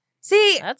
See